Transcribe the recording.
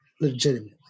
legitimately